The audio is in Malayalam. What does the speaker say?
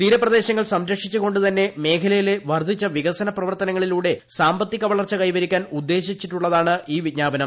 തീരപ്രദേശങ്ങൾ സംരക്ഷിച്ചുകൊണ്ടു തന്നെ മേഖലയ്ക്കിട്ടു വർദ്ധിച്ച വികസന പ്രവർത്തനങ്ങളിലൂടെ സാമ്പത്തിക്ട് വ്ളർച്ച കൈവരിക്കാൻ ഉദ്ദേശിച്ചുള്ളതാണ് ഈ വിജ്ഞാപ്പന്ം